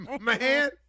Man